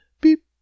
Beep